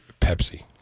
Pepsi